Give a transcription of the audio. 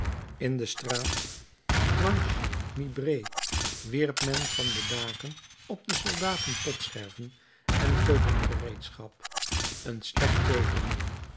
in de straat planche mibray wierp men van de daken op de soldaten potscherven en keukengereedschap een slecht teeken